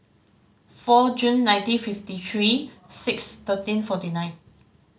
four June nineteen fifty three six thirteen forty nine